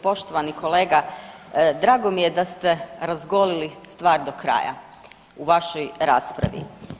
Poštovani kolega, drago mi je da ste razgoliti stvar do kraja u vašoj raspravi.